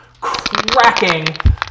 cracking